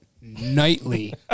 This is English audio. nightly